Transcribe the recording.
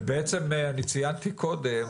בעצם ציינתי קודם,